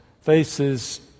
faces